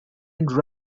and